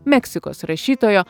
meksikos rašytojo